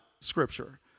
scripture